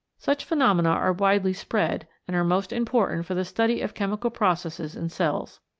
such phenomena are widely spread and are most important for the study of chemical processes in cells.